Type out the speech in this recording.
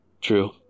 true